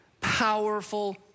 powerful